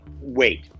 wait